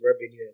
revenue